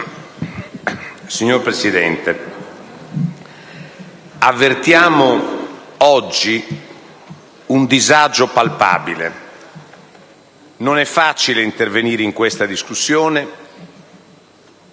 Signor Presidente, avvertiamo oggi un disagio palpabile. Non è facile intervenire in questa discussione,